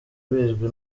bizwi